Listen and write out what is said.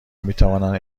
میتوانند